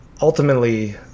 ultimately